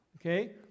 okay